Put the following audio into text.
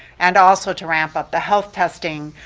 and also to ramp up the health testing,